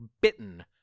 bitten